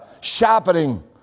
sharpening